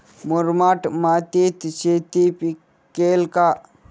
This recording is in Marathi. मुरमाड मातीत शेती पिकेल का?